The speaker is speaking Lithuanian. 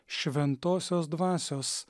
šventosios dvasios